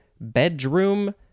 bedroom